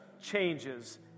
changes